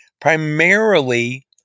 primarily